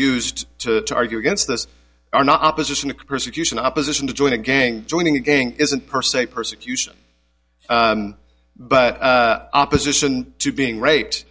used to argue against this are not opposition to persecution opposition to join a gang joining a gang isn't per se persecution but opposition to being raped